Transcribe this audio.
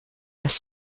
das